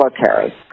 military